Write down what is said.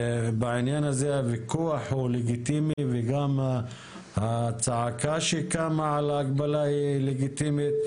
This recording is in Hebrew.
בעניין הזה הוויכוח הוא לגיטימי וגם הצעקה שקמה על ההגבלה היא לגיטימית.